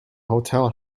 hotel